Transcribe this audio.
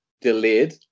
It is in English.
delayed